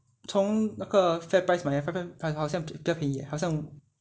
从那个 FairPrice 买 eh fair~ FairPrice 好像比较便宜 eh 好像